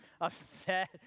upset